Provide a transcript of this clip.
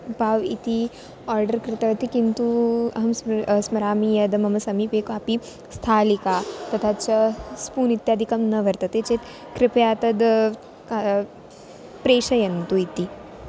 पाव् इति आर्डर् कृतवती किन्तु अहं स्म स्मरामि यद् मम समीपे कापि स्थालिका तथा च स्पून् इत्यादिकं न वर्तते चेत् कृपया तद् क प्रेषयन्तु इति